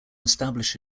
establish